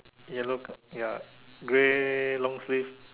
yellow ya grey long sleeve